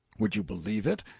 would you believe it?